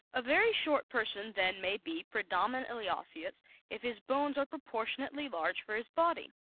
a very short person then may be predominantly osseous if his bones are proportionately large for his body.